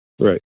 Right